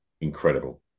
incredible